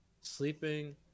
sleeping